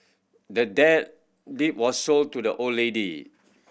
the dad deed was sold to the old lady